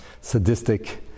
sadistic